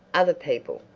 other people,